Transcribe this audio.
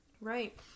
Right